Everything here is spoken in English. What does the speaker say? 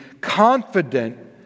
confident